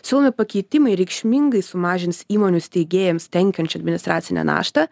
siūlomi pakeitimai reikšmingai sumažins įmonių steigėjams tenkančią administracinę naštą